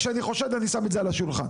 כשאני חושד אני שם את זה על השולחן.